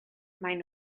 maen